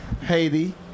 Haiti